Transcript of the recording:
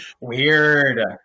Weird